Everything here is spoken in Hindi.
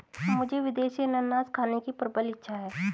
मुझे विदेशी अनन्नास खाने की प्रबल इच्छा है